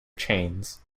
chains